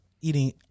eating